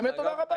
באמת תודה רבה.